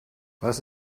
was